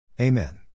Amen